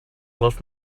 left